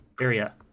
area